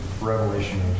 revelation